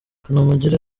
kanamugire